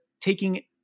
taking